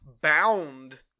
bound